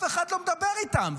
אחד לא מדבר איתם,